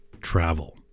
travel